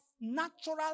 natural